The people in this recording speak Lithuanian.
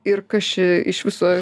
ir kas čia iš viso